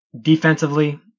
Defensively